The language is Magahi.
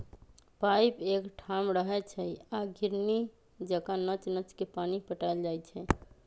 पाइप एकठाम रहै छइ आ घिरणी जका नच नच के पानी पटायल जाइ छै